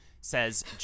Says